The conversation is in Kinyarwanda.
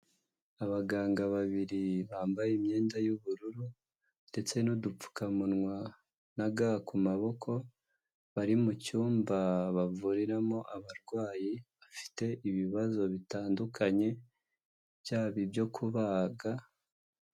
Abaganga babiri bambaye imyenda y'ubururu ndetse n'udupfukamunwa naga ku maboko bari mucyumba bavuriramo abarwayi bafite ibibazo bitandukanye byabo ibyo kubaga.